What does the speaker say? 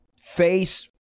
Face